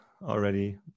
Already